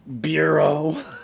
Bureau